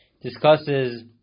discusses